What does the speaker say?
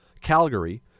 Calgary